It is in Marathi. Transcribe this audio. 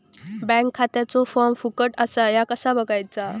बँक खात्याचो फार्म फुकट असा ह्या कसा बगायचा?